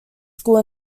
school